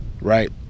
right